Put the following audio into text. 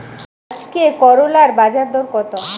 আজকে করলার বাজারদর কত?